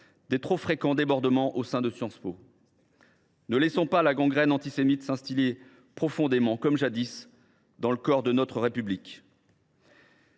des trop fréquents débordements au sein de Sciences Po. Ne laissons pas la gangrène antisémite s’instiller profondément, comme jadis, dans le corps de notre République.